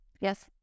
yes